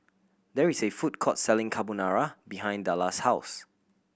there is a food court selling Carbonara behind Dallas' house